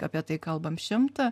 apie tai kalbam šimtą